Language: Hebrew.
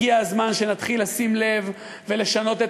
הגיע הזמן שנתחיל לשים לב ולשנות את